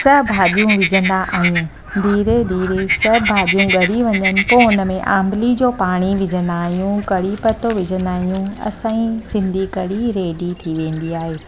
सब भाॼियूं विझंदा आहियूं धीरे धीरे सभु भाॼियूं गरी वञनि पोइ हुन में आम्बली जो पाणी विझंदा आहियूं कड़ी पतो विझंदा आहियूं असांई सिंधी कड़ी रेडी थी वेंदी आहे